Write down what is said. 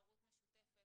הורות משותפת.